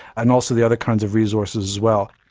and also the other kinds of resources as well.